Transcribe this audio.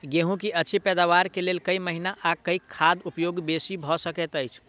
गेंहूँ की अछि पैदावार केँ लेल केँ महीना आ केँ खाद उपयोगी बेसी भऽ सकैत अछि?